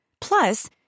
Plus